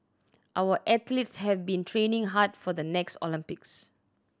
our athletes have been training hard for the next Olympics